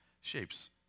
shapes